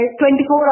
24